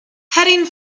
heading